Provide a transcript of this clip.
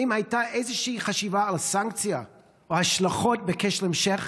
האם הייתה איזושהי חשיבה על סנקציה או השלכות בקשר להמשך?